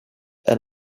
add